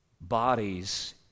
bodies